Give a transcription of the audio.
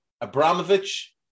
Abramovich